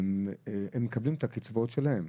הם מקבלים את הקצבאות שלהם.